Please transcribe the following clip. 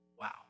Wow